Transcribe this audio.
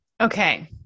Okay